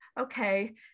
okay